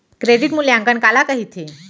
Credit मूल्यांकन काला कहिथे?